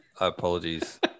Apologies